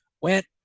Went